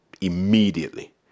immediately